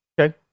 Okay